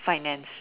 finance